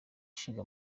ishinga